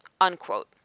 unquote